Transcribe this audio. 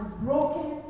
broken